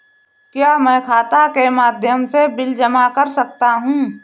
क्या मैं खाता के माध्यम से बिल जमा कर सकता हूँ?